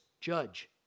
judge